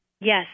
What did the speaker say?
Yes